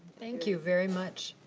thank you very much.